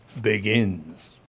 begins